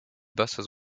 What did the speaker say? buses